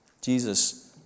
Jesus